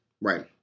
Right